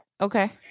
Okay